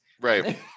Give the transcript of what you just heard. right